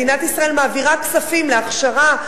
מדינת ישראל מעבירה כספים להכשרה,